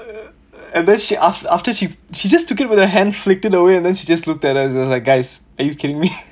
and then she af~ after she she just took it with her hand flicked it away and then she just looked at us and like guys are you kidding me